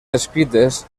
descrites